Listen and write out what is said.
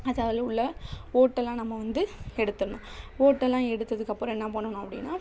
அதில் உள்ள ஓட்டு எல்லாம் நம்ம வந்து எடுத்துடணும் ஓட்டு எல்லாம் எடுத்ததுக்கப்புறம் என்ன பண்ணணும் அப்படின்னா